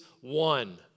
one